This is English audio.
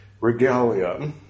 regalia